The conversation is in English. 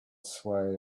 swayed